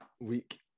week